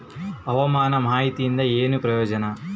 ಹವಾಮಾನ ಮಾಹಿತಿಯಿಂದ ಏನು ಪ್ರಯೋಜನ?